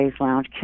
lounge